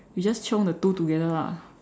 we just chiong the two together lah